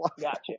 Gotcha